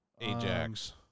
Ajax